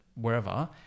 wherever